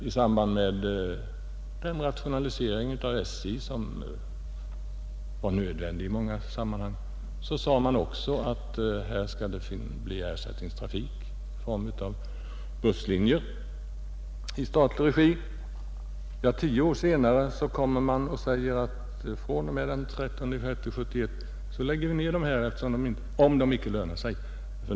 I samband med den rationalisering inom SJ som då var nödvändig sade man att det skulle bli bättre vägar och ersättningstrafik i form av busslinjer i statlig regi. Tio år senare säger man att man den 13 juni 1971 skall lägga ner dessa busslinjer om de inte lönar sig.